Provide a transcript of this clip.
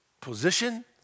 position